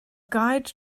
guide